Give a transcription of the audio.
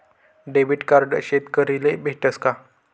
Debit card शेतकरीले भेटस का?